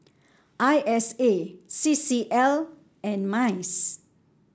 I S A C C L and MICE